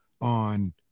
on